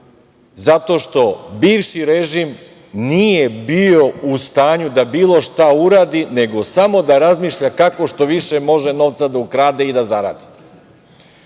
zato što bivši režim nije bio u stanju da bilo šta uradi, nego samo da razmišlja kako što više može novca da ukrade i da zaradi. Evo